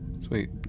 Sweet